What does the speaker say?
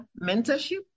mentorship